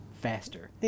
faster